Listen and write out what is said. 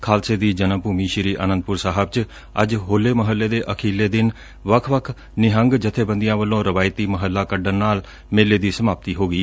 ਖਾਲਸੇ ਦੀ ਜਨਮਭੂਮੀ ਸ੍ਰੀ ਆਨੰਦਪੁਰ ਸਾਹਿਬ ਚ ਅੱਜ ਹੋਲੇ ਮਹੱਲੇ ਦੇ ਅਖੀਰਲੇ ਦਿਨ ਵੱਖ ਵੱਖ ਨਿਹੰਗ ਜਬੇਬੰਦੀਆਂ ਵੱਲੋਂ ਰਵਾਇਤੀ ਮਹੱਲਾ ਕੱਢਣ ਨਾਲ ਮੇਲੇ ਦੀ ਸਮਾਪਤੀ ਹੋ ਗਈ